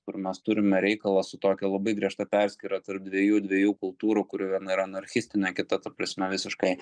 kur mes turime reikalą su tokia labai griežta perskyra tarp dviejų dviejų kultūrų kurių viena yra anarchistinė kita ta prasme visiškai